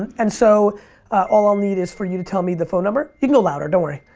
and so all i'll need is for you to tell me the phone number. you can go louder, don't worry.